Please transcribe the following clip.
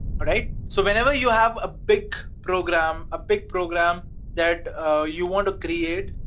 alright? so whenever you have a big program, a big program that you want to create,